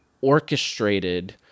orchestrated